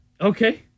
Okay